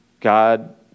God